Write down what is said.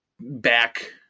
back